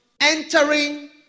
entering